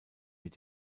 mit